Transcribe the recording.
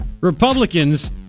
Republicans